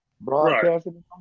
Broadcasting